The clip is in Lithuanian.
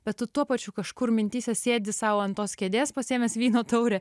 bet tu tuo pačiu kažkur mintyse sėdi sau ant tos kėdės pasiėmęs vyno taurę